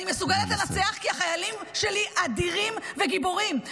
אני מסוגלת לנצח כי החיילים שלי אדירים וגיבורים.